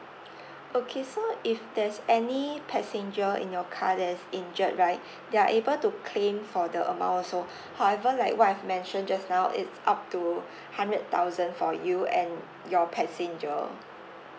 okay so if there's any passenger in your car that is injured right they are able to claim for the amount also however like what I have mention just now it's up to hundred thousand for you and your passenger